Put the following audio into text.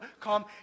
come